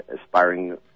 aspiring